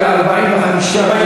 תהיה ישר עם עצמך.